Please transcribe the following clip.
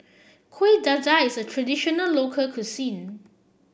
Kuih Dadar is a traditional local cuisine